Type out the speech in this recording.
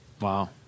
Wow